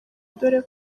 dore